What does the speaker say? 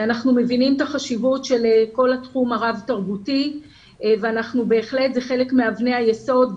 אנחנו מבינים את החשיבות של כל התחום הרב-תרבותי וזה חלק מאבני היסוד.